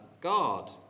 God